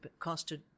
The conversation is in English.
costed